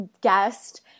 guest –